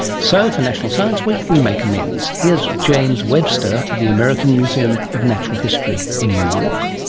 so for national science week we make amends. here's james webster of the american museum of natural history in new york.